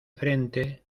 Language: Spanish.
frente